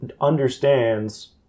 understands